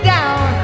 Down